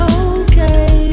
okay